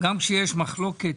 שגם כשיש מחלוקת